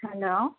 hello